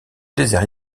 désert